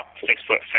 six-foot